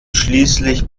schließlich